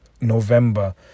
November